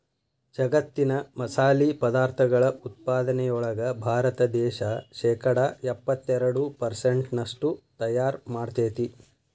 ಜಗ್ಗತ್ತಿನ ಮಸಾಲಿ ಪದಾರ್ಥಗಳ ಉತ್ಪಾದನೆಯೊಳಗ ಭಾರತ ದೇಶ ಶೇಕಡಾ ಎಪ್ಪತ್ತೆರಡು ಪೆರ್ಸೆಂಟ್ನಷ್ಟು ತಯಾರ್ ಮಾಡ್ತೆತಿ